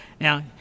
Now